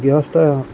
গৃহস্থই